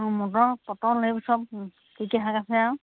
অঁ মটৰ পটল সেইবোৰ সব কি কি শাক আছে আৰু